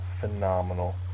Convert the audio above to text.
phenomenal